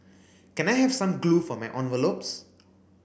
can I have some glue for my envelopes